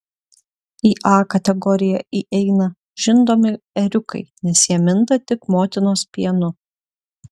į a kategoriją įeina žindomi ėriukai nes jie minta tik motinos pienu